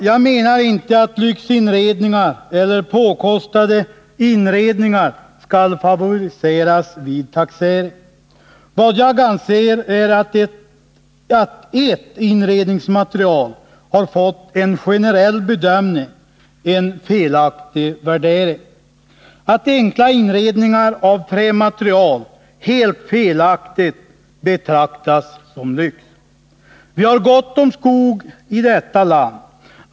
Jag menar inte att lyxinredningar eller påkostade inredningar skall favoriseras vid taxering. Men jag anser det felaktigt att ert inredningsmaterial har fått en generell bedömning. Det är en helt felaktig värdering här att enkla inredningar av trämaterial betraktas som lyx. Vi har gott om skog i detta land.